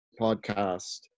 podcast